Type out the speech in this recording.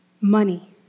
money